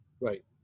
Right